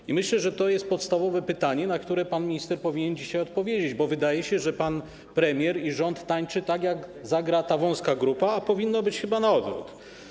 I myślę, że to jest podstawowe pytanie, na które pan minister powinien dzisiaj odpowiedzieć, bo wydaje się, że pan premier i rząd tańczą tak, jak zagra ta wąska grupa, a powinno być chyba na odwrót.